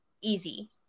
easy